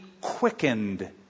quickened